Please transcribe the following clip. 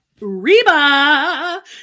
reba